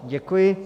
Děkuji.